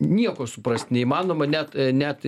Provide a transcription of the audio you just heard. nieko suprast neįmanoma net net